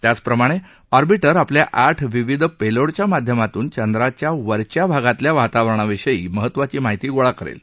त्याचप्रमाणे ऑर्बिटर आपल्या आठ विविध पेलोडच्या माध्यमातून चंद्राच्या वरच्या भागातल्या वातावरणाविषयी महत्वाची माहिती गोळा करेल